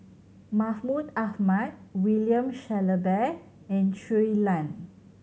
Mahmud Ahmad William Shellabear and Shui Lan